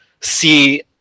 see